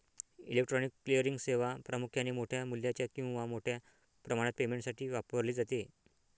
electronic clearing सेवा प्रामुख्याने मोठ्या मूल्याच्या किंवा मोठ्या प्रमाणात पेमेंटसाठी वापरली जाते